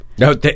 No